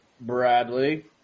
Bradley